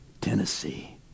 Tennessee